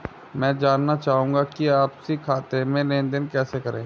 मैं जानना चाहूँगा कि आपसी खाते में लेनदेन कैसे करें?